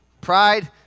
Pride